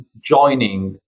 joining